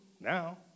now